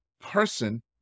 person